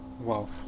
Wow